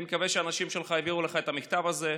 אני מקווה שהאנשים שלך העבירו לך את המכתב הזה.